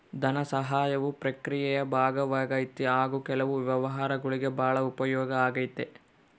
ಧನಸಹಾಯವು ಪ್ರಕ್ರಿಯೆಯ ಭಾಗವಾಗೈತಿ ಹಾಗು ಕೆಲವು ವ್ಯವಹಾರಗುಳ್ಗೆ ಭಾಳ ಉಪಯೋಗ ಆಗೈತೆ